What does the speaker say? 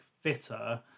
fitter